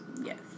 Yes